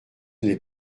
n’est